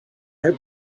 have